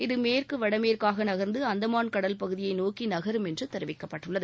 இது மேற்கு வடமேற்காக நகர்ந்து அந்தமான் கடல்பகுதியை நோக்கி நகரும் என்று தெரிவிக்கப்பட்டுள்ளது